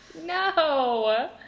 No